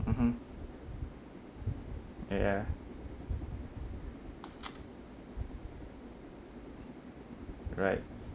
mmhmm ya right